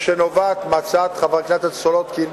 שנובעת מהצעת חברת הכנסת סולודקין,